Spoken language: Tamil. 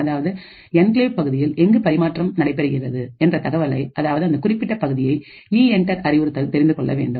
அதாவது என்கிளேவ் பகுதியில் எங்கு பரிமாற்றம் நடைபெறுகின்றது என்ற தகவலை அதாவது அந்த குறிப்பிட்ட பகுதியை இஎன்டர் அறிவுறுத்தல் தெரிந்து கொள்ள வேண்டும்